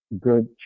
good